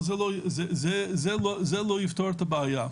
אבל זה לא יפתור את הבעיה.